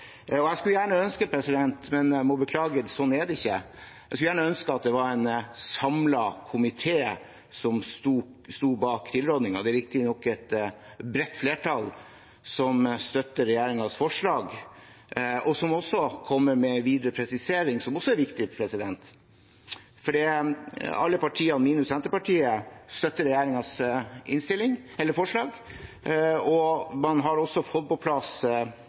Jeg skulle gjerne ønske – men jeg må beklage at slik er det ikke – at det var en samlet komité som sto bak tilrådingen. Det er riktignok et bredt flertall som støtter regjeringens forslag, og som også kommer med en videre presisering, som også er viktig, for alle partier minus Senterpartiet støtter regjeringens forslag, og man har også fått på plass